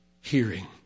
hearing